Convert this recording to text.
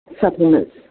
supplements